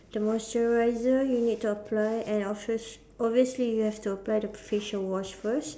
the moisturiser you need to apply and obvious~ obviously you have to apply the facial wash first